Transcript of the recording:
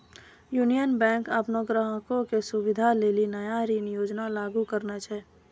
union Bank अपनो ग्राहको के सुविधा लेली नया ऋण योजना लागू करने छै